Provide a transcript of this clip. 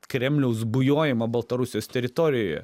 kremliaus bujojimą baltarusijos teritorijoje